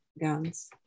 guns